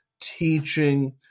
teaching